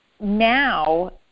now